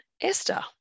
Esther